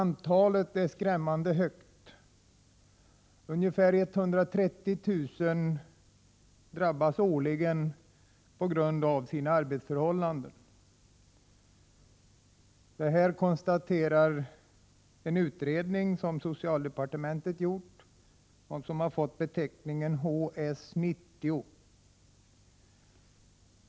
Det är skrämmande många som årligen drabbas på grund av dåliga arbetsförhållanden, ungefär 130 000. Detta konstaterar en utredning som socialdepartementet gjort och som har fått beteckningen HS 90.